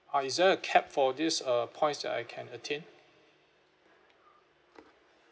ah is there a cap for this uh points that I can attain